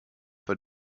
for